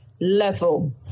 level